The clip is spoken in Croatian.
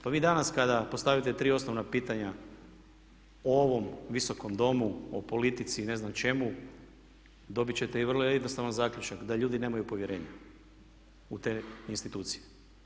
Pa vi danas kada postavite tri osnovna pitanja u ovom Visokom domu, o politici i ne znam čemu dobit će i vrlo jednostavan zaključak da ljudi nemaju povjerenja u te institucije.